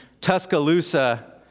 Tuscaloosa